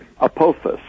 apophis